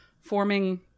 forming